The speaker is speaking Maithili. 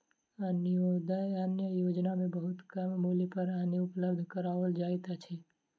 अन्त्योदय अन्न योजना में बहुत कम मूल्य पर अन्न उपलब्ध कराओल जाइत अछि